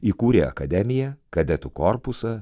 įkūrė akademiją kadetų korpusą